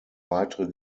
weitere